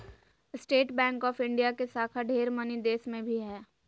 state Bank of India के शाखा ढेर मनी देश मे भी हय